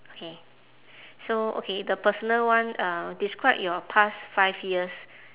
okay so okay the personal one uh describe your past five years